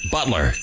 Butler